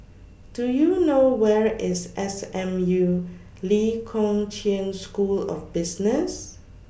Do YOU know Where IS S M U Lee Kong Chian School of Business